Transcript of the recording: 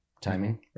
timing